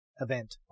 event